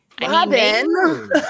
Robin